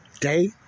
day